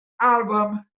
album